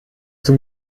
zum